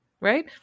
Right